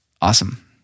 awesome